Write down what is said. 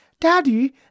Daddy